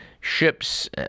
ships